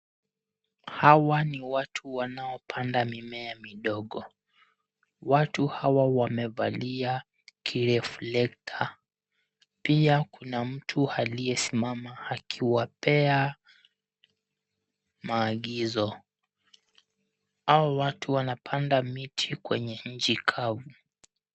Hawa ni watu wanaopanda mimea midogo. Watu hawa wamevalia kireflekta . Pia kuna mtu aliyesimama akiwapea maagizo. Hao watu wanapanda miti kwenye nchi kavu.